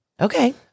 Okay